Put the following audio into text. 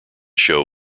show